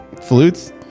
flutes